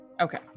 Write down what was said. Okay